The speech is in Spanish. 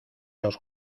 los